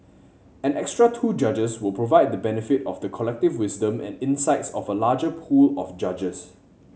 an extra two judges will provide the benefit of the collective wisdom and insights of a larger pool of judges